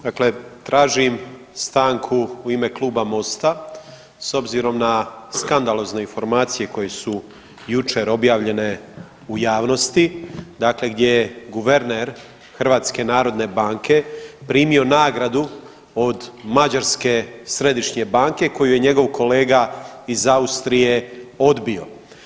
Dakle tražim stanku u ime Kluba Mosta s obzirom na skandalozne informacije koje su jučer objavljene u javnosti, dakle gdje je guverner HNB-a primio nagradu od Mađarske središnje banke, koji je njegov kolega iz Austrije odbio.